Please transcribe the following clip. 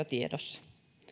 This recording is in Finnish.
tiedossa